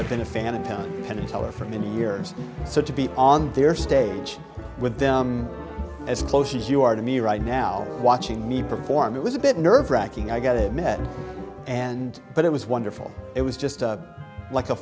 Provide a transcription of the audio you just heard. i've been a fan of down penn and teller for many years so to be on their stage with them as close as you are to me right now watching me perform it was a bit nerve wracking i got to have met and but it was wonderful it was just like a